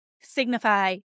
signify